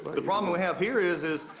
but the problem we have here is, is,